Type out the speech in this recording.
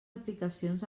aplicacions